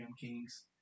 kings